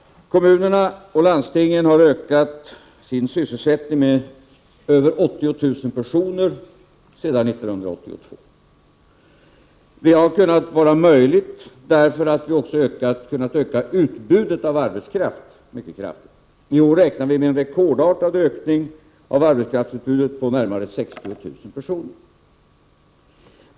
Kommunerna och landstingen har ökat sin sysselsättning med över 80 000 personer sedan 1982. Det har varit möjligt därför att vi också kunnat öka utbudet av arbetskraft mycket markant. I år räknar vi med en rekordartad ökning av arbetskraftsutbudet på närmare 60 000 personer.